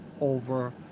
over